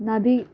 ನದಿ